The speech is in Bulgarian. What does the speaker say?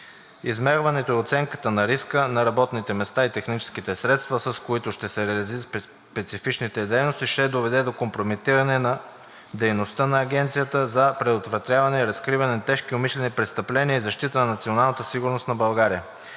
Измерването и оценката на риска на работните места и техническите средства, с които ще се реализират специфичните дейности, ще доведе до компрометиране на дейността на Агенцията за предотвратяване и разкриване на тежки умишлени престъпления и защита на националната сигурност на България.